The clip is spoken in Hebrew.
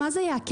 מה זה יעכב?